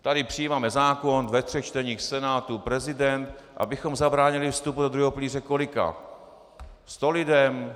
Tady přijímáme zákon ve třech čteních, v Senátu, prezident, abychom zabránili vstupu do druhého pilíře kolika sto lidem?